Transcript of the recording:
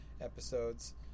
episodes